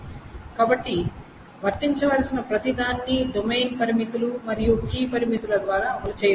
కాబట్టి వర్తించవలసిన ప్రతిదాన్ని డొమైన్ పరిమితులు మరియు కీ పరిమితుల ద్వారా అమలు చేయవచ్చు